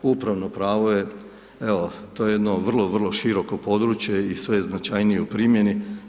Upravno pravo je, evo, to je jedno vrlo, vrlo široko područje i sve značajnije u primjeni.